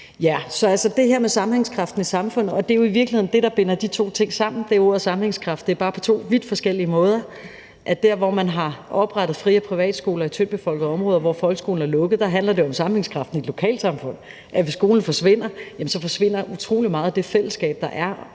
det her med sammenhængskraften i samfundet. Og det er jo i virkeligheden det, der binder de to ting sammen, altså sammenhængskraft, men det er bare på to vidt forskellige måder. Der, hvor man har oprettet fri- og privatskoler i tyndt befolkede områder, hvor folkeskolen er lukket, handler det om sammenhængskraften i et lokalsamfund, altså at hvis skolen forsvinder, så forsvinder utrolig meget af det fællesskab, der er